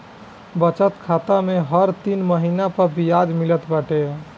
बचत खाता में हर तीन महिना पअ बियाज मिलत बाटे